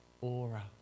aura